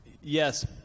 Yes